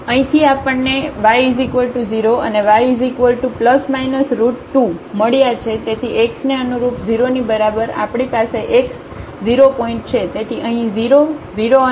તેથી x ને અનુરૂપ 0 ની બરાબર આપણી પાસે x 0 પોઇન્ટ છે તેથી અહીં 0 0 અને 0 2